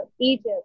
egypt